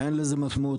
אין לזה משמעות.